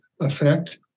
effect